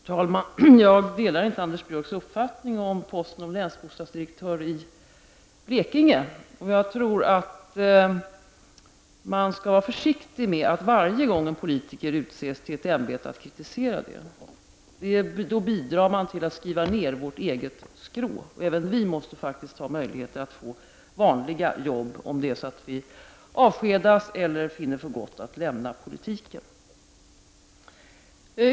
Herr talman! Jag delar inte Anders Björcks uppfattning om tillsättningen av posten som länsbostadsdirektör i Blekinge. Jag menar att man skall vara försiktig med att varje gång en politiker utses till ett ämbete kritisera utnämningen. Då bidrar man till att värdera ned vårt eget skrå. Även vi måste ha möjligheter att få vanliga jobb, om vi avskedas eller finner för gott att lämna politiken.